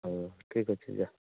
ହଉ ଠିକ୍ ଅଛି ଯା